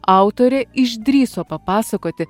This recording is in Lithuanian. autorė išdrįso papasakoti